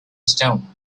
stone